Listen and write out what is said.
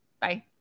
bye